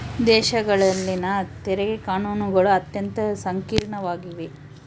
ದೇಶಗಳಲ್ಲಿನ ತೆರಿಗೆ ಕಾನೂನುಗಳು ಅತ್ಯಂತ ಸಂಕೀರ್ಣವಾಗ್ಯವ